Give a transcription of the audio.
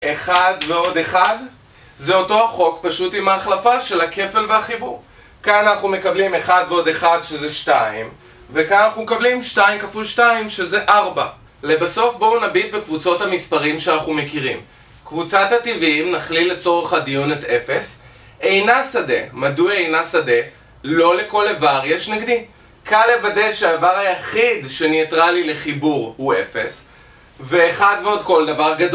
1 ועוד 1 זה אותו החוק, פשוט עם ההחלפה של הכפל והחיבור כאן אנחנו מקבלים 1 ועוד 1 שזה 2 וכאן אנחנו מקבלים 2 כפול 2 שזה 4 לבסוף בואו נביט בקבוצות המספרים שאנחנו מכירים קבוצת הטבעיים נכליל לצורך הדיון את 0 אינה שדה, מדוע אינה שדה? לא לכל איבר יש נגדי קל לוודא שהאיבר היחיד שניטרלי לחיבור הוא 0 ואחד ועוד כל דבר גדול